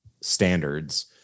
standards